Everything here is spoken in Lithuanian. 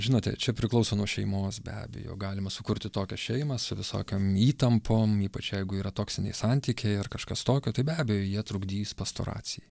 žinote čia priklauso nuo šeimos be abejo galima sukurti tokią šeimą su visokiom įtampom ypač jeigu yra toksiniai santykiai ar kažkas tokio tai be abejo jie trukdys pastoracijai